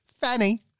Fanny